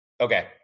Okay